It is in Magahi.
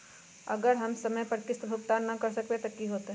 अगर हम समय पर किस्त भुकतान न कर सकवै त की होतै?